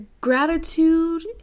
gratitude